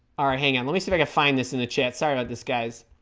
alright hang on let me see if i can find this in the chat sorry about this guys